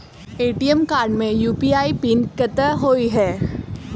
ATM card मे UPI PIN कतह होइ है?